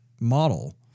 model